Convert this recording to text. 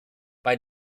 bei